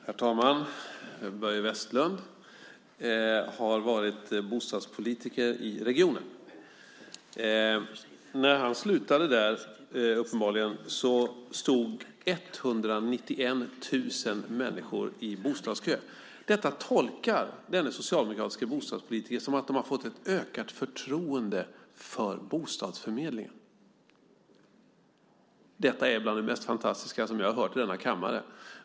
Herr talman! Börje Vestlund har varit bostadspolitiker i regionen. När han slutade stod 191 000 människor i bostadskö. Detta tolkar denne socialdemokratiske bostadspolitiker som att de fått ett ökat förtroende för bostadsförmedlingen. Det är bland det mest fantastiska jag hört i denna kammare.